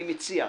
אני מציע,